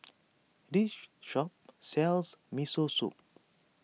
this shop sells Miso Soup